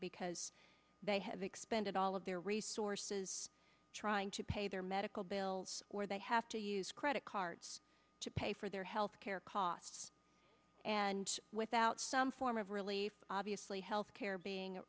because they have expended all of their resources trying to pay their medical bills or they have to use credit cards pay for their health care costs and without some form of relief obviously health care being